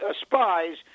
spies